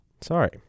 sorry